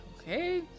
Okay